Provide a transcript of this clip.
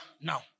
Now